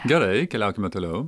gerai keliaukime toliau